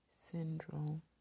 Syndrome